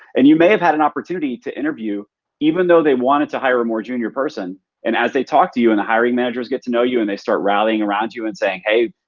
and you may have had an opportunity to interview even though they wanted to hire a more junior person and as they talk to you and the hiring managers get to know you and they start rallying around you and saying, hey,